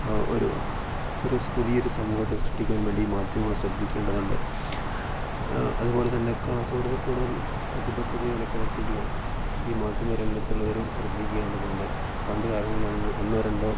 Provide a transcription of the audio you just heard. ഒരു ഒരു പുതിയൊരു സമൂഹത്തെ സൃഷ്ടിക്കുവാൻ വേണ്ടി ഈ മാധ്യമങ്ങൾ ശ്രദ്ധിക്കേണ്ടതുണ്ട് അതുപോലെത്തന്നെ കൂടുതൽ കൂടുതൽ പ്രതിബദ്ധതയോടെ പ്രവർത്തിക്കുവാൻ ഈ മാധ്യമരംഗത്തുള്ളവരും ശ്രദ്ധിക്കേണ്ടതുണ്ട് പണ്ട് കാലങ്ങളിലാണെങ്കിൽ ഒന്നോ രണ്ടോ